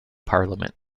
parliament